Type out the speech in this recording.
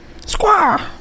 Squaw